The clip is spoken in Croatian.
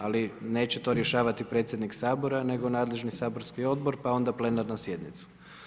Ali, neće to rješavati predsjednik Sabora, nego nadležni saborski Odbor, pa onda plenarna sjednica.